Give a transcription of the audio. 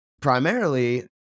Primarily